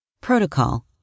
Protocol